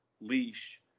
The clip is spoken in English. leash